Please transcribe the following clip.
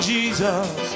Jesus